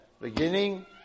beginning